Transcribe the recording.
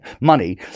money